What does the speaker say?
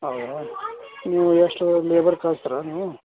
ಹೌದಾ ನೀವು ಎಷ್ಟು ಲೇಬರ್ ಕಳ್ಸ್ತೀರ ನೀವು